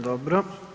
Dobro.